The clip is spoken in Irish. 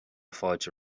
fáilte